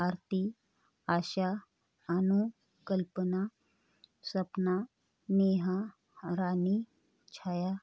Aarti Asha Anu Kalpana Sapna Neha Rani Chhaya